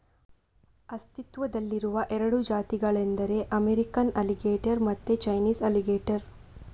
ಅಸ್ತಿತ್ವದಲ್ಲಿರುವ ಎರಡು ಜಾತಿಗಳೆಂದರೆ ಅಮೇರಿಕನ್ ಅಲಿಗೇಟರ್ ಮತ್ತೆ ಚೈನೀಸ್ ಅಲಿಗೇಟರ್